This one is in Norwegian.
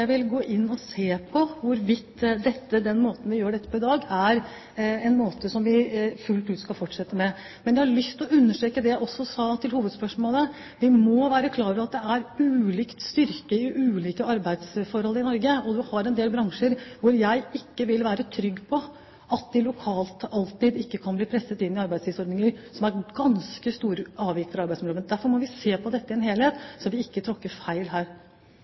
vil gå inn og se på hvorvidt den måten vi gjør dette på i dag, er en måte som vi fullt ut skal fortsette med. Men jeg har lyst til å understreke det jeg også sa til hovedspørsmålet: Vi må være klar over at det er ulike styrkeforhold i ulike arbeidsforhold i Norge. Vi har en del bransjer hvor jeg ikke er trygg på om man lokalt kan bli presset inn i arbeidstidsordninger som har ganske store avvik fra arbeidsmiljøloven. Derfor må vi se på dette i en helhet så vi ikke tråkker feil her.